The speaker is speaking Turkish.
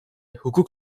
hukuk